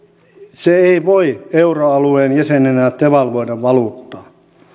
se ei voi euroalueen jäsenenä devalvoida valuuttaa